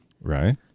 Right